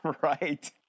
Right